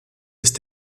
ist